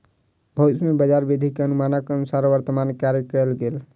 भविष्य में बजार वृद्धि के अनुमानक अनुसार वर्तमान में कार्य कएल गेल